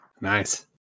Nice